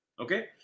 Okay